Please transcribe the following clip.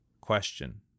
Question